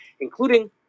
including